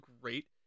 great